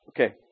Okay